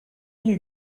you